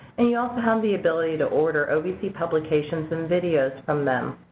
and you also have the ability to order ovc publications and videos from them.